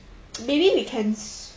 maybe we can